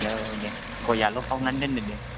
औ दे गयआल खावनानै दोनदो दे